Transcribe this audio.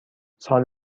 سال